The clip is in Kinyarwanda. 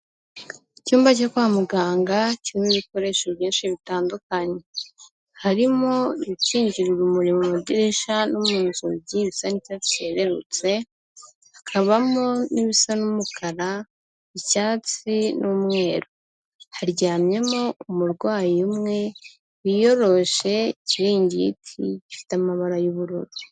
Icyumba cyo kwa muganga kirimo ibikoresho byinshi bitandukanye, harimo ibikingira urumuri mu idirishya no mu nzugi bisa n'icyatsi cyererutse, hakabamo n'ibisa n'umukara, icyatsi n'umweru. Haryamyemo umurwayi umwe wiyoroshe ikiringiti gifite amabara y'ubururu.